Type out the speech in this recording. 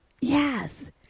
Yes